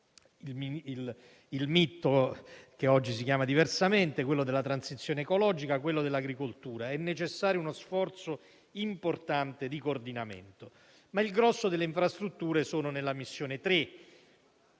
il Mit, che oggi si chiama diversamente, il Ministero per la transizione ecologica e quello per le politiche agricole. È necessario uno sforzo importante di coordinamento. Il grosso delle infrastrutture è nella missione 3.